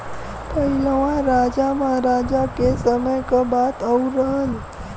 पहिलवा राजा महराजा के समय क बात आउर रहल